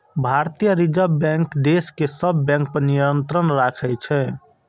भारतीय reserve bank देश के सब बैंक पर नियंत्रण राखै छै